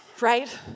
right